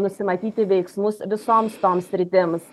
nusimatyti veiksmus visoms toms sritims